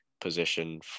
position